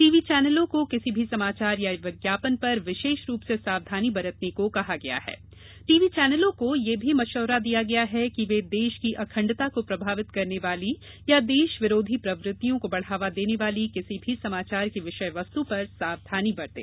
TV चैनलों को किसी भी ऐसे समाचार या विज्ञापन पर विशेष रूप से सावधानी बरतने को कहा गया है टीवी चैनलों को यह भी मशविरा दिया गया है कि वे देश की अखण्डता को प्रभावित करने वाली या देश विरोधी प्रवृतियों को बढ़ावा देने वाली किसी भी समाचार की विषय वस्तु पर सावधानी बरतें